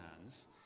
hands